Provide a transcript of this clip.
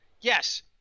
Yes